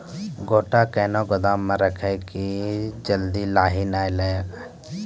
गोटा कैनो गोदाम मे रखी की जल्दी लाही नए लगा?